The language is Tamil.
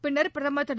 பின்னர் பிரதமர் திரு